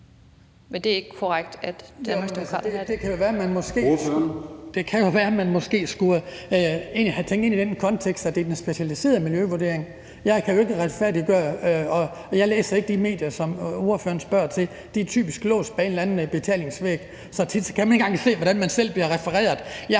Det kan være, man måske skulle have tænkt ind i den kontekst, at det er den specialiserede miljøvurdering. Jeg kan jo ikke retfærdiggøre det, og jeg læser ikke de medier, som ordføreren refererer fra. De er typisk låst bag en eller anden betalingsvæg, så tit kan man ikke engang se, hvordan man selv bliver refereret.